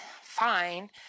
fine